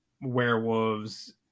werewolves